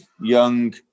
young